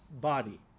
body